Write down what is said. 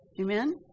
Amen